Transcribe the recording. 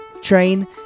train